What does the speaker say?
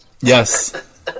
Yes